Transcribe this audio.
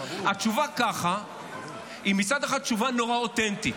התשובה "ככה" היא מצד אחד תשובה נורא אותנטית,